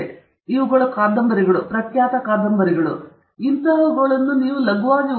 ಆದ್ದರಿಂದ ಇವುಗಳು ಕಾದಂಬರಿಗಳು ಪ್ರಖ್ಯಾತ ಕಾದಂಬರಿಗಳು ನೀವು ಲಘುವಾಗಿ ಓದುತ್ತಿದ್ದೀರಿ ಮತ್ತು ಇನ್ನೂ ಹೆಚ್ಚಿನವುಗಳಿವೆ